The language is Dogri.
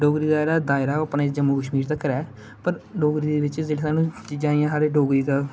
डोगरी दा जेहड़ा दायरा ऐ ओह् अपने जम्मू कश्मीर तकर ऐ पर डोगरी दे बिच जिसलै स्हानू चीजां जिसलै डोगरी दी